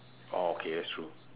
oh okay that's true